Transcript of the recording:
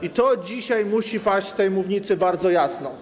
I to dzisiaj musi paść z tej mównicy bardzo jasno.